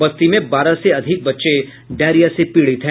बस्ती में बारह से अधिक बच्चे डायरिया से पीड़ित हैं